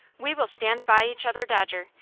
we will stand by each other, dodger.